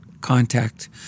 contact